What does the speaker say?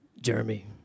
Jeremy